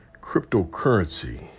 cryptocurrency